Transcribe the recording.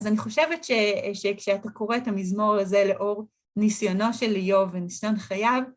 אז אני חושבת שכשאתה קורא את המזמור הזה לאור ניסיונו של איוב וניסיון חייו,